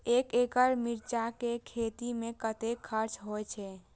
एक एकड़ मिरचाय के खेती में कतेक खर्च होय छै?